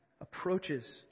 approaches